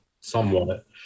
somewhat